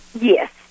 Yes